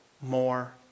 more